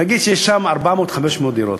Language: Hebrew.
נגיד שיש שם 400 500 דירות,